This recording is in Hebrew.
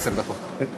עשר דקות, בבקשה.